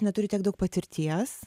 neturiu tiek daug patirties